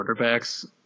quarterbacks